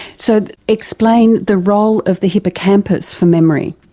so explain the role of the hippocampus for memory.